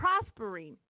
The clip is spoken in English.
prospering